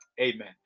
Amen